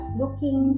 looking